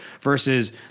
Versus